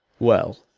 well